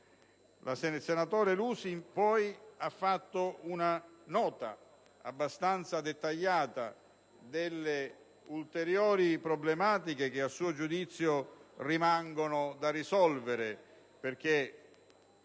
Il senatore Lusi poi ha fatto una nota abbastanza dettagliata delle ulteriori problematiche che, a suo giudizio, rimangono da risolvere affinché,